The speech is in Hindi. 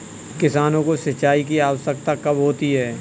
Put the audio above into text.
किसानों को सिंचाई की आवश्यकता कब होती है?